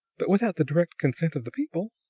but without the direct consent of the people.